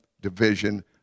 division